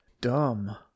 Dumb